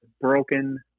broken